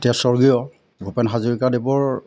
এতিয়া স্বৰ্গীয় ভূপেন হাজৰিকাদেৱৰ